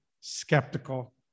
skeptical